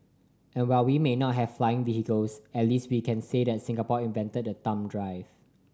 and while we may not have flying vehicles at least we can say that Singapore invented the thumb drive